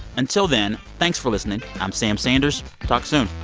until then, thanks for listening. i'm sam sanders. talk soon